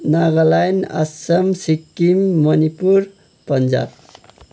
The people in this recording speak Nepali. नागाल्यान्ड आसाम सिक्किम मणिपुर पन्जाब